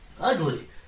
Ugly